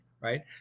right